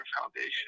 Foundation